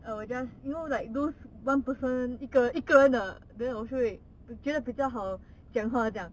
I will just you know like those one person 一个一个人的 then 我就会我觉得比较好讲话这样